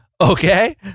Okay